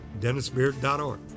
DennisBeard.org